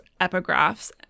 epigraphs